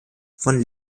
von